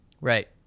Right